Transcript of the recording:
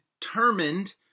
determined